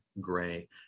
gray